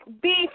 beef